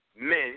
men